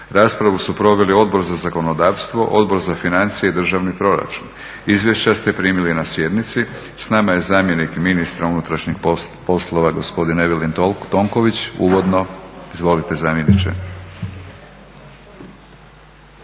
Raspravu su proveli Odbor za zakonodavstvo, Odbor za financije i državni proračun. Izvješća ste primili na sjednici. Sa nama je zamjenik ministra unutrašnjih poslova gospodin Evelin Tonković, uvodno. Izvolite zamjeniče.